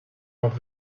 off